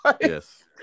Yes